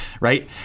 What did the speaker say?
right